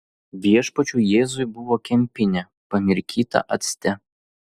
viešpačiui jėzui buvo kempinė pamirkyta acte